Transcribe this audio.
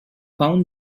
found